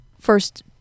first